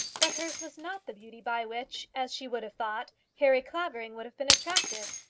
but hers was not the beauty by which, as she would have thought, harry clavering would have been attracted.